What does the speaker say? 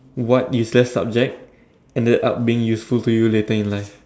what useless subject ended up being useful to you later in life